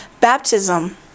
baptism